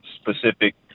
specific